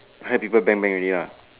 I heard people bang bang already ah